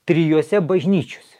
trijuose bažnyčiose